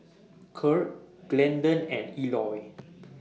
Kirk Glendon and Eloy